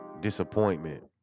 disappointment